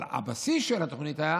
אבל הבסיס של התוכנית היה